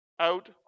Out